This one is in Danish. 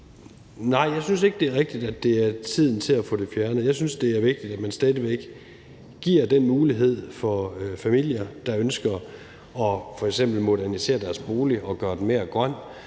Nej, jeg synes ikke, det er rigtigt, at det er tiden til at få det fjernet. Jeg synes, det er vigtigt, at man stadig væk giver den mulighed for familier, der ønsker f.eks. at modernisere deres bolig og gøre den mere grøn,